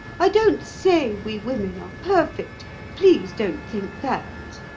i don't say we women are perfect please don't think that.